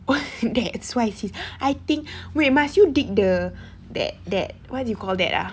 that's why sis I think wait must you dig the that that what do you call that ah